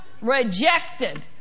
rejected